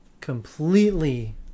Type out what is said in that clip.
completely